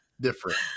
different